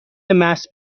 محض